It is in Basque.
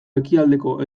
ekialdeko